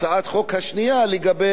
לגבי הממוגרפיה,